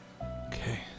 Okay